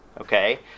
Okay